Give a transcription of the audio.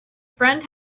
friend